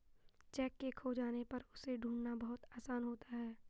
cheque के खो जाने पर उसे ढूंढ़ना बहुत आसान होता है